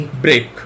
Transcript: break